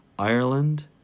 Ireland